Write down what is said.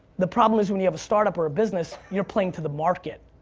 the problem is when you have a startup or a business you're playing to the market.